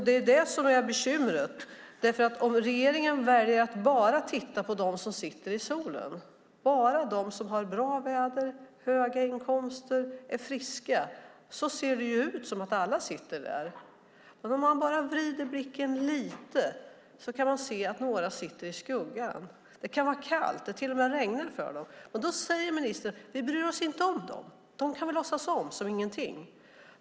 Det är det som är bekymret, för om regeringen väljer att bara titta på dem som sitter i solen, har bra väder, har höga inkomster och är friska ser det ut som att alla sitter där. Men om man bara vrider blicken lite kan man se att några sitter i skuggan, där det kan vara kallt och till och med regna på dem. Då säger ministern: Vi bryr oss inte om dem. Vi behöver inte låtsas om dem.